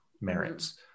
merits